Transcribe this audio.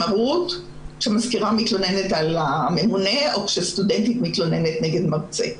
שמזכירה מתלוננת על הממונה או כשסטודנטית מתלוננת נגד מרצה.